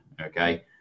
Okay